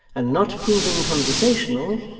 and not proving conversational,